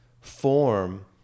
form